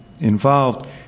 Involved